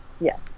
yes